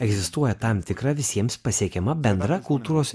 egzistuoja tam tikra visiems pasiekiama bendra kultūros